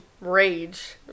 rage